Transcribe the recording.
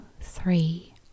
three